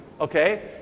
okay